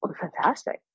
fantastic